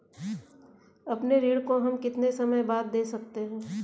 अपने ऋण को हम कितने समय बाद दे सकते हैं?